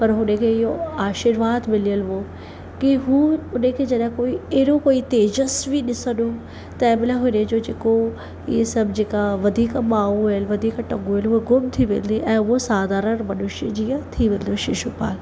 पर हुन खे इहो आशीर्वाद मिलियल हो की हू उन खे जॾहिं कोई अहिड़ो कोई तेजस्वी ॾिसंदो तंहिंमहिल हुन जो जेको इहे सभु जेका वधीक ॿाहूं आहिनि वधीक टंगू आहिनि उहा गुम थी वेंदी ऐं साधारण मनुष्य जीअं थी वेंदो शिषुपाल